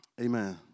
Amen